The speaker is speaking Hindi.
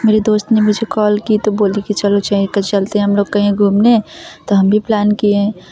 मेरे दोस्त ने मुझे कॉल की तो बोली कि चलो चाय पर चलते हैं हम लोग कहीं घूमने तो हम भी प्लान किए